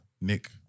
Nick